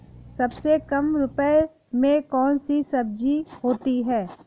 सबसे कम रुपये में कौन सी सब्जी होती है?